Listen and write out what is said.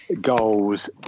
goals